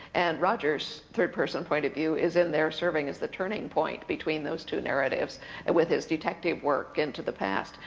and roger's third person point-of-view is in there, serving as the turning point between those two narratives with his detective work into the past.